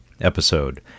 episode